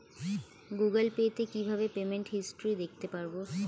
Google Pay তে কিভাবে payment history দেখতে পারবো?